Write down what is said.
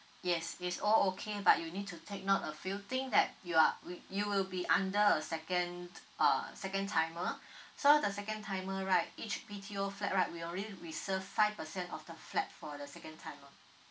yes it's all okay but you need to take note a few thing that you are you you will be under a second uh second timer so the second timer right each B_T_O flat right we only reserve five percent of the flat for the second timer